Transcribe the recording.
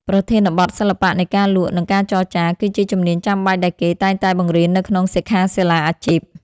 ប្រធានបទ សិល្បៈនៃការលក់ និងការចរចា គឺជាជំនាញចាំបាច់ដែលគេតែងតែបង្រៀននៅក្នុងសិក្ខាសាលាអាជីព។